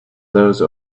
those